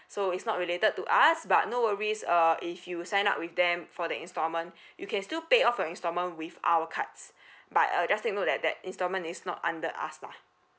so is not related to us but no worries uh if you sign up with them for the installment you can still pay off your instalment with our cards but uh just take note that that instalment is not under us lah